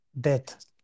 death